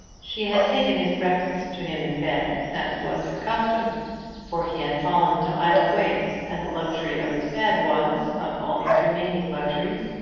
she had taken his breakfast to him in bed, as was her custom for he had fallen into idle ways, and the luxury of his bed was, of all his remaining luxuries,